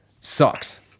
sucks